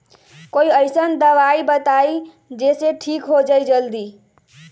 कोई अईसन दवाई बताई जे से ठीक हो जई जल्दी?